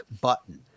button